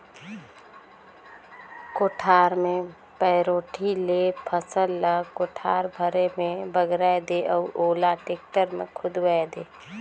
कोठार मे पैरोठी ले फसल ल कोठार भरे मे बगराय दे अउ ओला टेक्टर मे खुंदवाये दे